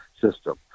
system